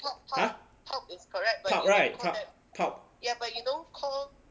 !huh! pulp [right] pulp pulp